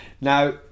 Now